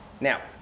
Now